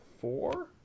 four